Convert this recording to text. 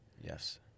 Yes